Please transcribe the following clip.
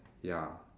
ya